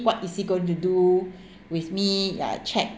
what is he going to do with me uh check